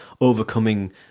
overcoming